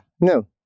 No